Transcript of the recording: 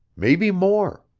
maybe more.